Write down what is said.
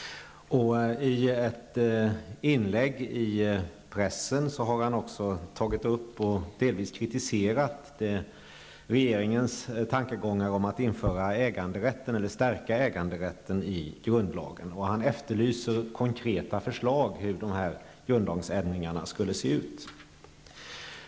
I ett inlägg i pressen har han också tagit upp och delvis kritiserat regeringens tankegångar om att stärka äganderätten i grundlagen, och han efterlyser konkreta förslag om hur de grundlagsändringarna skulle se ut.